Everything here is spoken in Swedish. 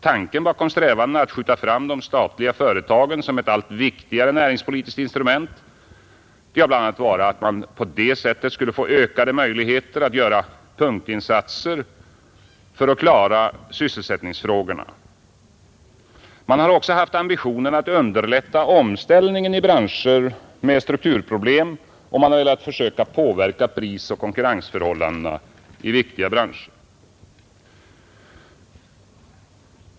Tanken bakom strävandena att skjuta fram de statliga företagen som ett allt viktigare näringspolitiskt instrument har bl.a. varit att man på det sättet skulle få ökade möjligheter att göra punktinsatser för att klara sysselsättningsfrågorna. Man har också haft ambitionen att underlätta omställningen i branscher med strukturproblem, och man har velat försöka påverka prisoch konkurrensförhållandena i viktiga branscher.